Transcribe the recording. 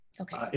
Okay